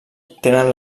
tenen